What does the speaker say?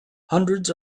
hundreds